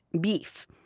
beef